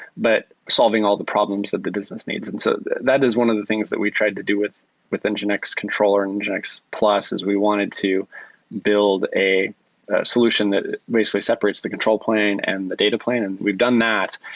but solving all the problems that the business needs. and so that that is one of the things that we tried to do with nginx and controller and and nginx plus, is we wanted to build a solution that basically separates the control plane and the data plane, and we've done that,